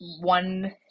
one